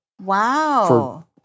Wow